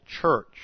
church